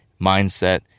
mindset